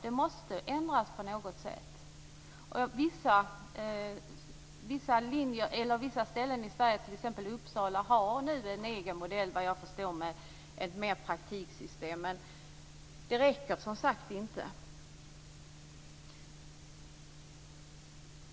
Det måste ändras på något sätt. Vissa ställen i Sverige, t.ex. Uppsala, har nu en egen modell, vad jag förstår, med ett praktiksystem. Men det räcker som sagt inte.